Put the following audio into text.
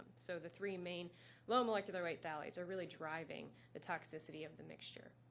so the three main low molecular weight phthalates are really driving the toxicity of the mixture.